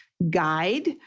guide